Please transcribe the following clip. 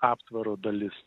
aptvaro dalis